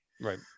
Right